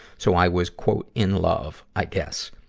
so i was in love i guess.